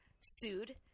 sued